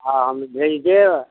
हँ हम्मे भेज देब